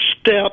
step